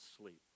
sleep